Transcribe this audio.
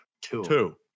Two